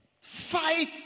fight